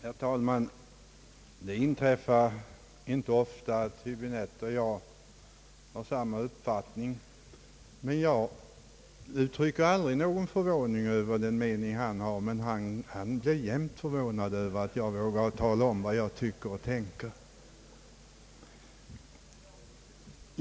Herr talman! Det inträffar inte ofta att herr Höbinette och jag har samma uppfattning, men jag uttrycker aldrig någon förvåning över den mening som han har. Däremot blir herr Höäbinette jämt förvånad över att jag vågar tala om vad jag tycker och tänker.